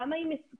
כמה היא מסוכנת,